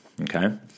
Okay